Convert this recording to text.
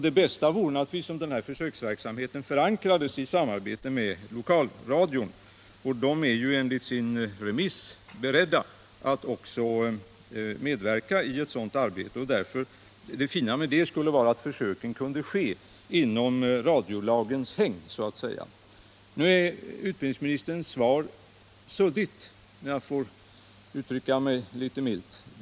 Det bästa vore naturligtvis om den här försöksverksamheten förankrades i samarbete med lokalradion, som enligt sitt remissvar är beredd att medverka i ett sådant arbete. Det fina med det skulle vara att försöken kunde ske inom radiolagens hägn. Nu är utbildningsministerns svar suddigt, om jag får uttrycka mig litet milt.